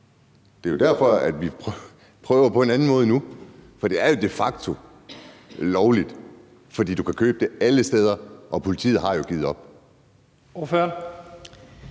Det er jo derfor, vi prøver på en anden måde nu. Det er jo de facto lovligt, for du kan købe det alle steder, og politiet har jo givet op. Kl.